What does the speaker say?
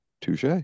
Touche